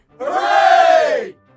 Hooray